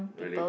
really